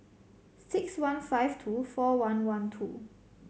six one five two four one one two